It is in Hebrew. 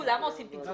למה עושים פיצול?